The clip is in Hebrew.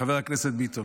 חבר הכנסת ביטון,